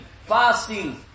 fasting